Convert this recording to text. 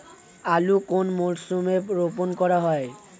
আলু কোন মরশুমে রোপণ করা হয়?